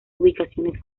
ubicaciones